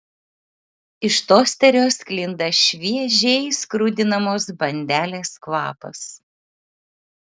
iš tosterio sklinda šviežiai skrudinamos bandelės kvapas